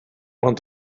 ond